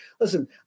Listen